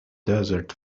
desert